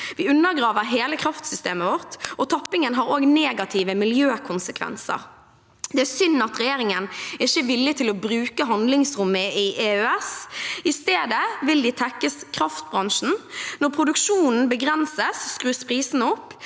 Vi undergraver hele kraftsystemet vårt. Tappingen har også negative miljøkonsekvenser. Det er synd at regjeringen ikke er villig til å bruke handlingsrommet i EØS. I stedet vil de tekkes kraftbran sjen. Når produksjonen begrenses, skrus prisene opp.